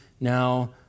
Now